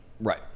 Right